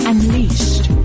Unleashed